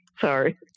Sorry